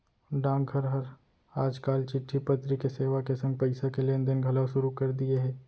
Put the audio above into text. डाकघर हर आज काल चिट्टी पतरी के सेवा के संग पइसा के लेन देन घलौ सुरू कर दिये हे